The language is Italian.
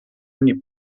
anni